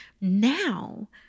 Now